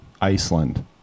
Iceland